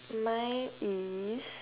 mine is